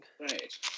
Right